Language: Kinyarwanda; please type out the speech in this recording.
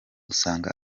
usanga